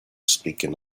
speaking